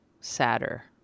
sadder